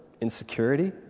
insecurity